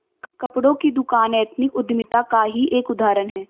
कपड़ों की दुकान एथनिक उद्यमिता का ही एक उदाहरण है